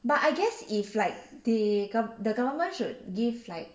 but I guess if like they gov~ the government should give like